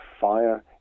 fire